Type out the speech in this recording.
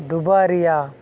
ದುಬಾರಿಯ